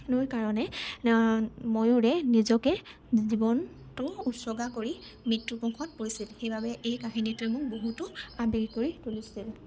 কাৰণে ময়ূৰে নিজকে জীৱনটো উচৰ্গা কৰি মৃত্যুমুখত পৰিছিল সেইবাবে এই কাহিনীটোৱে মোক বহুতো আবেগিক কৰি তুলিছিল